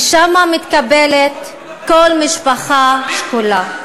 ושם מתקבלת כל משפחה שכולה,